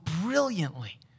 brilliantly